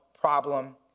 problem